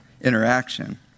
interaction